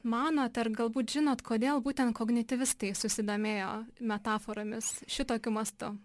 manot ar galbūt žinot kodėl būtent kognityvistai susidomėjo metaforomis šitokiu mastu